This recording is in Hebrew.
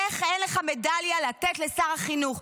איך אין לך מדליה לתת לשר החינוך?